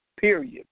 period